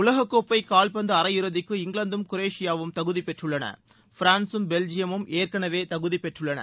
உலகக் கோப்பை கால்பந்து அரையிறுதிக்கு இங்கிலாந்தும் குரேஷியாவும் தகுதி பெற்றுள்ளன பிரான்சும் பெல்ஜியமும் ஏற்கெனவே தகுதி பெற்றுள்ளன